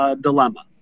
dilemma